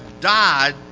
died